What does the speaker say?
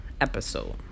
episode